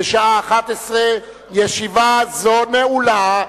בשעה 11:00. ישיבה זו נעולה.